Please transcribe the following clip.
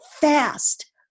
fast